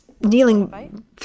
kneeling